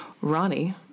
Ronnie